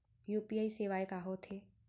UPI सेवाएं का होथे